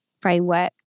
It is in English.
framework